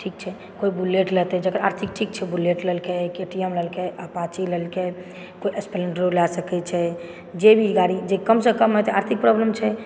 ठीक छै कोइ बुलेट लेतै जकर आर्थिक छै बुलेट लेलकै के टी एम लेलकै अपाची लेलकै कोइ सप्लेंडरो लए सकैत छै जे भी गाड़ी जे कमसँ कममे आर्थिक प्रॉब्लम छै